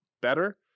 better